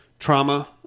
Trauma